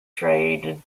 traded